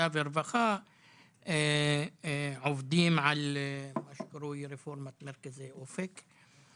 והרווחה עובדים על מה שקרוי רפורמת מרכזי אופק.